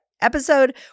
Episode